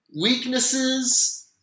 Weaknesses